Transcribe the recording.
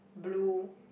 blue